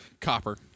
copper